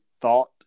thought